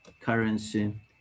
currency